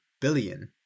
billion